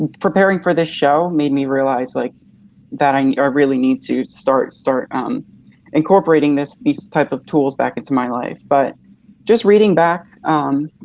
preparing for this show made me realize like that i really need to start start um incorporating these type of tools back into my life. but just reading back